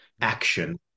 action